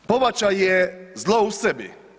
Pobačaj je zlo u sebi.